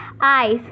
eyes